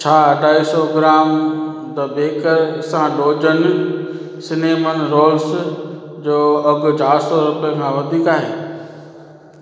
छा अढाई सौ ग्राम द बेकर सां डोजन सिनेमन रोल्स जो अघि चारि सौ रुपियनि खां वधीक आहे